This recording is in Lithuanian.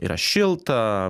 yra šilta